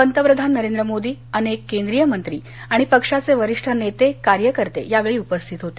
पंतप्रधान नरेंद्र मोदी अनेक केंद्रीय मंत्री आणि पक्षाचे वरिष्ठ नेते कार्यकर्ते यावेळी उपस्थित होते